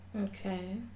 Okay